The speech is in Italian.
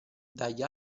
dagli